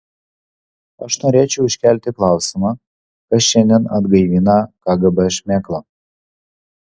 aš norėčiau iškelti klausimą kas šiandien atgaivina kgb šmėklą